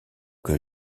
que